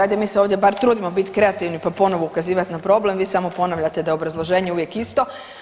Ajde mi se ovdje bar trudimo biti kreativni pa ponovo ukazivati na problem, vi samo ponavljate da je obrazloženje uvijek isto.